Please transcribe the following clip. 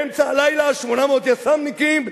באמצע הלילה 800 יס"מניקים,